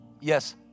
Yes